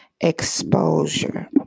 exposure